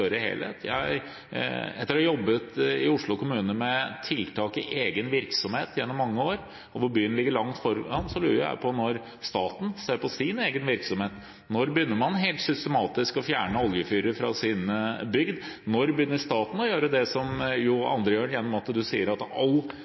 helhet. Etter å ha jobbet i Oslo kommune med tiltak i egen virksomhet gjennom mange år, og byen ligger langt foran, lurer jeg på når staten vil se på sin egen virksomhet. Når begynner man helt systematisk å fjerne oljefyrer fra sine bygg? Når begynner staten å gjøre det som andre gjør, gjennom å si at